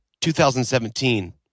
2017